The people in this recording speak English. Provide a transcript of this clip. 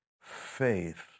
faith